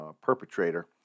perpetrator